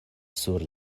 sur